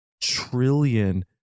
trillion